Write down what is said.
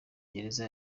gereza